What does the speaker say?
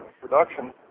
production